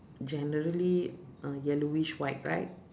generally uh yellowish white right